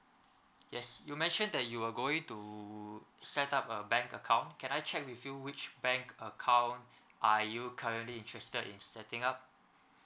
yes you mentioned that you are going to set up a bank account can I check with you which bank account are you currently interested in setting up